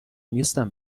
نیستن